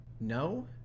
No